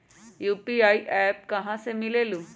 UPI app कहा से मिलेलु?